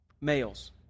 males